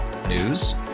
News